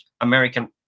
American